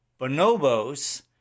Bonobos